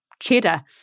cheddar